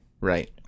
Right